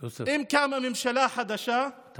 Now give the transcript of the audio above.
אם קמה ממשלה חדשה --- יוסף,